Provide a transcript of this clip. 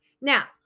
Now